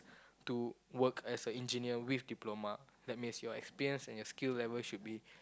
to work as a engineer with diploma that means your experience and your skill level should be